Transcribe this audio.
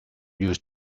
used